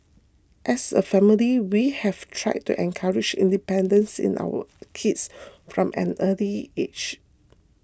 as a family we have tried to encourage independence in our kids from an early age